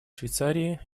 швейцарии